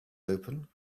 open